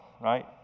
right